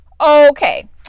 Okay